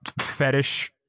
fetish